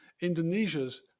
Indonesia's